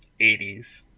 80s